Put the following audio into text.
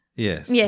Yes